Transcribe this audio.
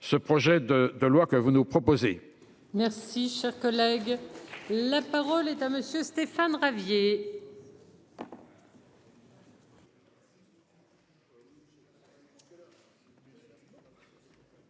ce projet de de loi que vous nous proposez. Merci, cher collègue, la parole est à monsieur Stéphane Ravier.